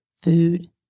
food